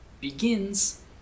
begins